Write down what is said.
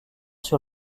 sur